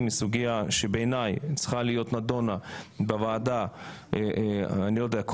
היא סוגיה שבעיניי צריכה להיות נדונה בוועדה הקרובה,